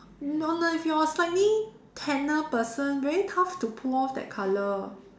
no no if you are a slightly tanner person very tough to pull off that colour